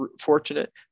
fortunate